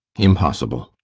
impossible.